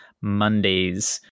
Mondays